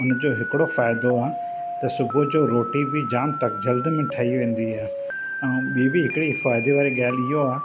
उन जो हिकुड़ो फ़ाइदो आहे त सुबुह जो रोटी बि जाम जल्द में ठही वेंदी आहे ऐं ॿिई बि हिकुड़ी फाइदे वारी ॻाल्हि इहो आहे